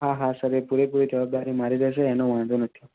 હા હા સર એ પૂરે પૂરી જવાબદારી મારી રહેશે એનો વાંધો નથી